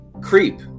Creep